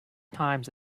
times